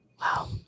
Wow